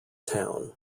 town